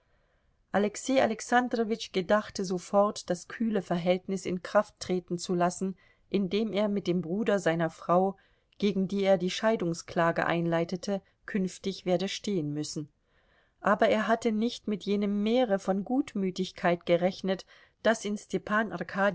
alexei alexandrowitsch gedachte sofort das kühle verhältnis in kraft treten zu lassen in dem er mit dem bruder seiner frau gegen die er die scheidungsklage einleitete künftig werde stehen müssen aber er hatte nicht mit jenem meere von gutmütigkeit gerechnet das in stepan